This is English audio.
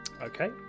Okay